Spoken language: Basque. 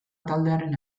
taldearen